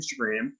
Instagram